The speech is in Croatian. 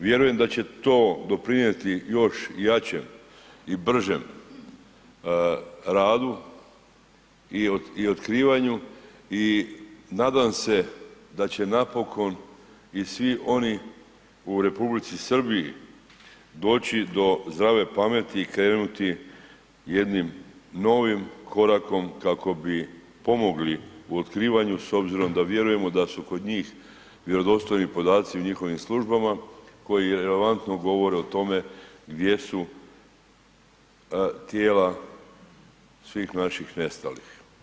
Vjerujem da će to doprinijeti još jačem i bržem radu i otkrivanju i nadam se da će napokon i svi oni u Republici Srbiji doći do zdrave pameti i krenuti jednim novim korakom kako bi pomogli u otkrivanju s obzirom da vjerujemo da su kod njih vjerodostojni podaci u njihovim službama koji irelevantno govore o tome gdje su tijela svih naših nestalih.